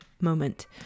moment